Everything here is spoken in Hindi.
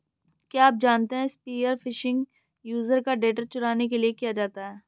क्या आप जानते है स्पीयर फिशिंग यूजर का डेटा चुराने के लिए किया जाता है?